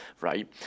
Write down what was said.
right